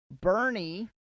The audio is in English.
Bernie